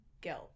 guilt